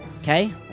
Okay